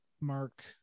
mark